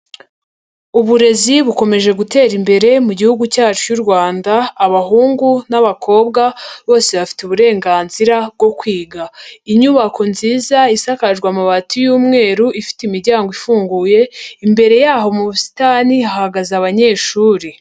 Uburezi bukomeje gutera imbere mu gihugu cyacu cy'u Rwanda, abahungu n'abakobwa bose bafite uburenganzira bwo kwiga. Inyubako nziza, isakaje amabati y'umweru, ifite imiryango ifunguye, imbere yaho mu busitani hahagaze abanyeshuri.